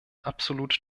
absolut